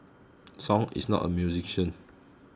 song is not a musician